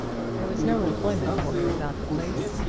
there was no employment for her about the place,